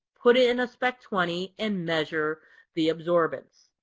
put it in a spec twenty and measure the absorbance.